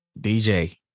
DJ